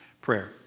prayer